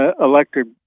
electric